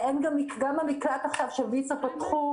גם המקלט שויצ"ו פתחו,